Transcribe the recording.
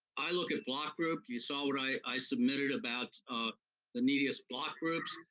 i look at block group, you saw what i submitted about the neediest block groups,